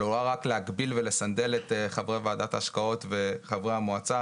עלולה רק להגביל ולסנדל את חברי ועדת ההשקעות וחברי המועצה